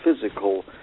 physical